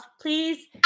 Please